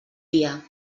dia